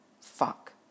fuck